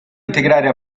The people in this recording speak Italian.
integrare